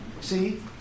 See